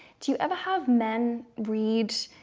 do you ever have men read?